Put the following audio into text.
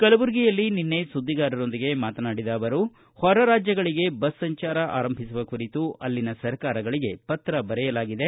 ಕಲಬುರಗಿಯಲ್ಲಿ ನಿನ್ನೆ ಸುದ್ದಿಗಾರರೊಂದಿಗೆ ಮಾತನಾಡಿದ ಅವರು ಹೊರ ರಾಜ್ಯಗಳಿಗೆ ಬಸ್ ಸಂಚಾರ ಆರಂಭಿಸುವ ಕುರಿತು ಅಲ್ಲಿನ ಸರ್ಕಾರಗಳಿಗೆ ಪತ್ರ ಬರೆಯಲಾಗಿದೆ